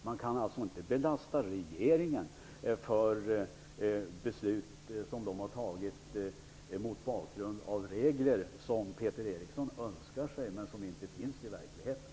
Man kan alltså inte belasta regeringen för att beslut inte har fattats mot bakgrund av regler som Peter Eriksson önskar sig men som inte finns i verkligheten.